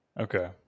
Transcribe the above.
Okay